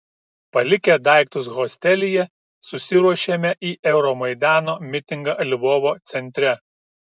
palikę daiktus hostelyje susiruošėme į euromaidano mitingą lvovo centre